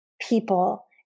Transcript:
people